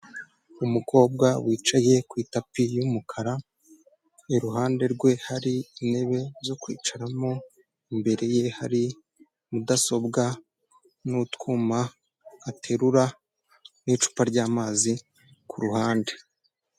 Umukobwa wicaye ku itapi y'umukara, iruhande rwe, hari intebe zo kwicaramo, imbere ye, hari mudasobwa n'utwuma aterura n'icupa ry'amazi ku ruhande.